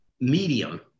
Medium